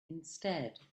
instead